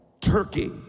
turkey